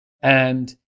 and-